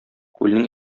күлнең